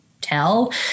tell